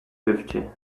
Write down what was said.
fifty